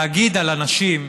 להגיד על אנשים,